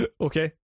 Okay